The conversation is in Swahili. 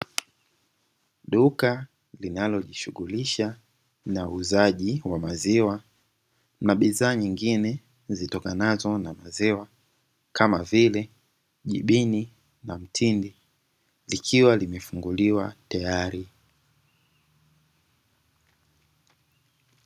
Duka linalojishughulisha na uuzaji wa maziwa, kuna bidhaa nyingine zitokanazo na maziwa; kama vile jibini na mtindi, likiwa limefunguliwa tayari.